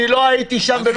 לא הייתי שם ולא תחקרתי.